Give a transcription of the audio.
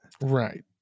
right